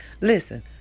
Listen